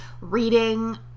reading